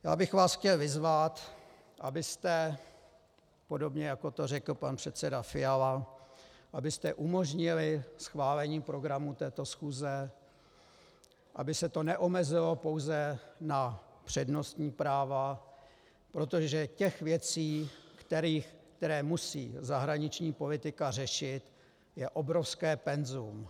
Já bych vás chtěl vyzvat, abyste, podobně jako to řekl pan předseda Fiala, umožnili schválení programu této schůze, aby se to neomezilo pouze na přednostní práva, protože těch věcí, které musí zahraniční politika řešit, je obrovské penzum.